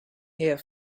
hear